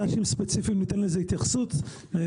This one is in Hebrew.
ניתן התייחסות ספציפית למט"שים.